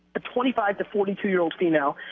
a twenty five to forty two year old female.